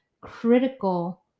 critical